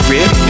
Rip